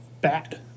bad